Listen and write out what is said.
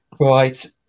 Right